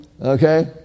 Okay